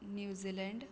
New Zealand